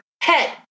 head